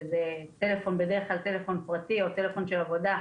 וזה בדרך כלל טלפון פרטי או טלפון של עבודה,